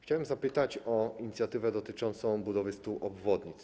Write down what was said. Chciałem zapytać o inicjatywę dotyczącą budowy 100 obwodnic.